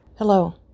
Hello